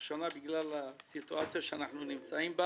השנה בגלל הסיטואציה שאנחנו נמצאים בה